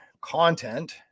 content